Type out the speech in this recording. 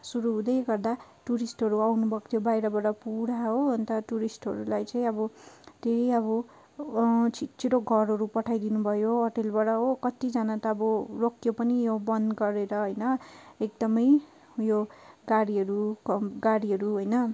सुरु हुँदै गर्दा टुरिस्टहरू आउनुभएको थियो बाहिरबाट पुरा हो अन्त टुरिस्टहरूलाई चाहिँ अब के अब छिट्छिटो घरहरू पठाइदिनु भयो हो होटलबाट कतिजना त अब रोकियो पनि यो बन्द गरेर होइन एकदमै यो गाडीहरू गाडीहरू होइन